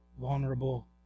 Vulnerable